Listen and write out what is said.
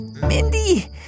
Mindy